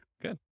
good